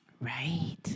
Right